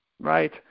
Right